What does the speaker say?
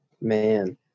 man